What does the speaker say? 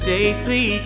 Safely